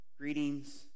Greetings